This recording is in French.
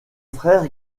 frère